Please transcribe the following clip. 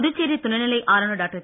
புதுச்சேரி துணைநிலை ஆளுநர் டாக்டர்